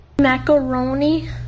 Macaroni